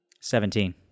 Seventeen